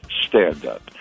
stand-up